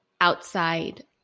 outside